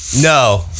No